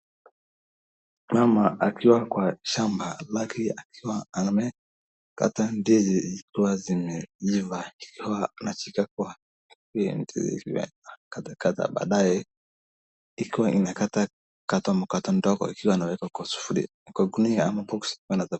Mama akiwa kwa shamba lake akiwa amekata ndizi ikiwa zimeiva, akiwa anashika kwa ndizi, akiwa anakata kata kadhaa baadaye ikiwa inakata kata ndogo, akiwa anaweka kwa gunia ama boxi .